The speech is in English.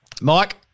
Mike